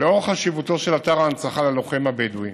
לאור חשיבותו של אתר ההנצחה ללוחם הבדואי